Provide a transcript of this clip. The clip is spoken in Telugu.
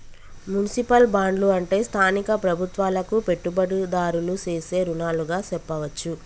మున్సిపల్ బాండ్లు అంటే స్థానిక ప్రభుత్వాలకు పెట్టుబడిదారులు సేసే రుణాలుగా సెప్పవచ్చు